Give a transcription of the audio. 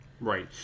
Right